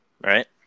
Right